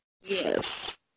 Yes